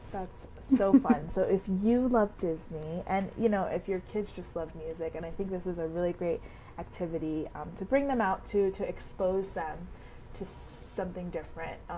that's so fun. so if you love disney and you know if your kids just love music and i think this is a really great activity um to bring them out to to expose them to something different.